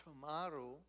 Tomorrow